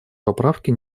поправки